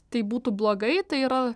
tai būtų blogai tai yra